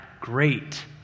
great